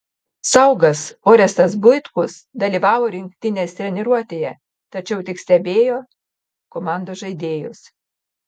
saugas orestas buitkus dalyvavo rinktinės treniruotėje tačiau tik stebėjo komandos žaidėjus